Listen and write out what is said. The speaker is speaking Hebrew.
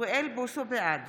בעד